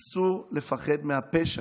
אסור לפחד מהפשע.